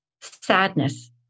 sadness